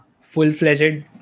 Full-fledged